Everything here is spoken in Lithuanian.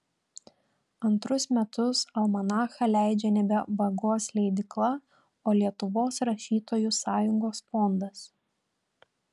antrus metus almanachą leidžia nebe vagos leidykla o lietuvos rašytojų sąjungos fondas